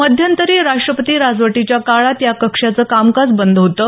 मध्यंतरी राष्ट्रपती राजवटीच्या काळात या कक्षाचं कामकाज बंद होतं